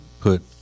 put